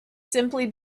simply